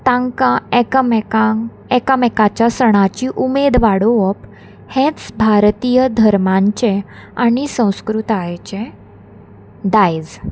तांकां एकामेकांक एकामेकाच्या सणाची उमेद वाडोवप हेंच भारतीय धर्मांचें आनी संस्कृतायेचें दायज